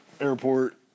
airport